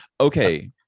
okay